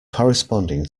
corresponding